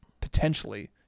potentially